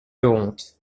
honte